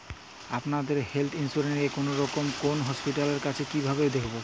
আপনাদের health insurance এ কোন কোন হসপিটাল আছে কিভাবে দেখবো?